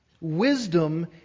wisdom